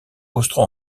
austro